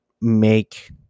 make